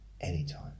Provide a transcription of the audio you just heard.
anytime